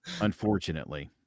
unfortunately